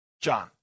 John